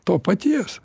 to paties